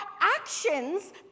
actions